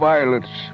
Violets